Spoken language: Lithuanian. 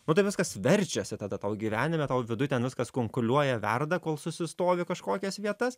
nu tai viskas verčiasi tada tau gyvenime tau viduj ten viskas kunkuliuoja verda kol susistovi kažkokias vietas